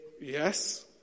Yes